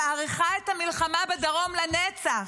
מאריכה את המלחמה בדרום לנצח.